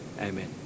Amen